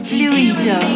Fluido